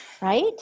right